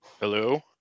hello